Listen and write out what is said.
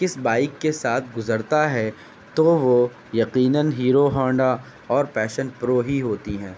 کس بائیک کے ساتھ گزرتا ہے تو وہ یقیناً ہیرو ہانڈا اور پیشن پرو ہی ہوتی ہیں